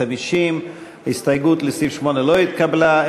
50. ההסתייגות לסעיף 8 לא נתקבלה.